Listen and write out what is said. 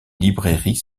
librairies